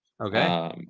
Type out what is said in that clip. Okay